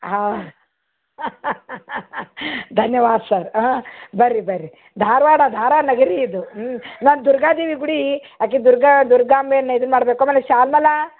ಹಾಂ ಧನ್ಯವಾದ ಸರ್ ಹಾಂ ಬನ್ರಿ ಬನ್ರಿ ಧಾರವಾಡ ಧಾರ್ವಾಡ ನಗರಾರೀ ಇದು ಹ್ಞೂ ನಾನು ದುರ್ಗಾದೇವಿ ಗುಡಿ ಆಕೆ ದುರ್ಗಾ ದುರ್ಗಾಂಬೆನ ಇದು ಮಾಡಬೇಕು ಆಮೇಲೆ ಶ್ಯಾಮಲಾ